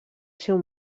seu